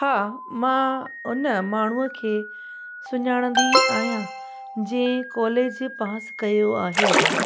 हा मां उन माण्हूअ खे सुञाणंदी आहियां जंहिं कॉलेज पास कयो आहे